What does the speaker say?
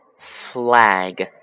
Flag